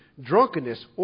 drunkenness